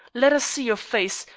let us see your face!